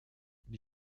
die